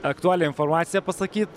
aktualią informaciją pasakyt